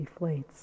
deflates